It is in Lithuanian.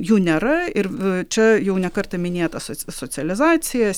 jų nėra ir čia jau ne kartą minėta so socializacija